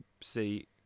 see